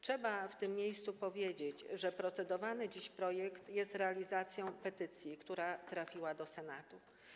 Trzeba w tym miejscu powiedzieć, że procedowany dziś projekt jest realizacją petycji, która trafiła do Senatu.